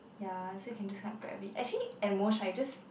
ya so can just come and actually at most right just